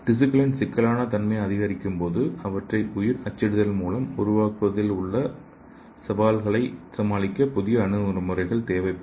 திசுக்களின் சிக்கலான தன்மை அதிகரிக்கும் போதுஅவற்றை உயிர் அச்சிடுதல் மூலம் உருவாக்குவதில் ஏற்படும் சவால்களை சமாளிக்க புதிய அணுகுமுறைகள் தேவைப்படும்